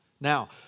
Now